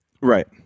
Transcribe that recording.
Right